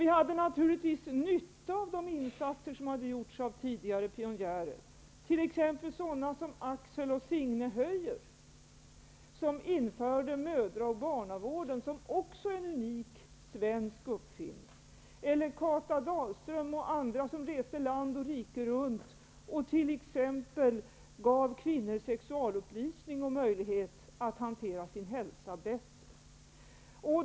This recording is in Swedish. Vi hade naturligtvis nytta av insatser som hade gjorts av tidigare pionjärer, såsom Axel och Signe Höijer som införde mödra och barnavården -- som också är en unik svensk uppfinning -- och Kata Dalström och andra som reste land och rike runt och gav kvinnor t.ex. sexualupplysning och möjlighet att hantera sin hälsa bättre.